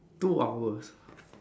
two hours